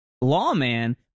lawman